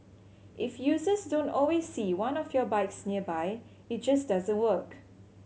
if users don't always see one of your bikes nearby it just doesn't work